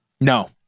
No